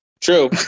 True